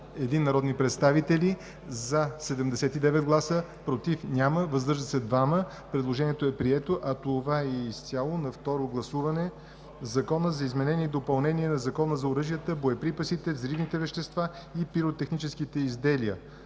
81 народни представители: за 79, против няма, въздържали се 2. Текстовете са приети, а с това изцяло е приет на второ гласуване Закона за изменение и допълнение на Закона за оръжията, боеприпасите, взривните вещества и пиротехническите изделия